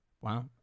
Wow